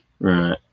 Right